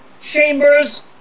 Chambers